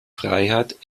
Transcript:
freiheit